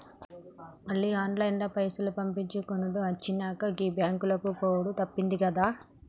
మళ్ల ఆన్లైన్ల పైసలు పంపిచ్చుకునుడు వచ్చినంక, గీ బాంకులకు పోవుడు తప్పిందిగదా